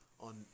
on